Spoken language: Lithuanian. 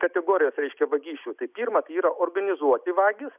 kategorijos reiškia vagysčių tai pirma tai yra organizuoti vagys